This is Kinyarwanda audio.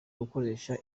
gukoresha